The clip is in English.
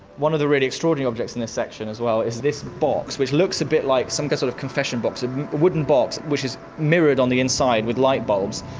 one of the really extraordinary objects in this section as well is this box which looks a bit like some sort of confession box, a wooden box which is mirrored on the inside with lightbulbs.